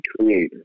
creator